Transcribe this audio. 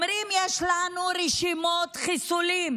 אומרים: יש לנו רשימות חיסולים,